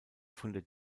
von